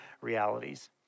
realities